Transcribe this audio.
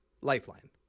Lifeline